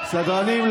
סדרנים,